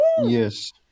Yes